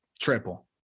Triple